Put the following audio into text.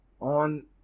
on